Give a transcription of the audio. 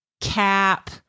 cap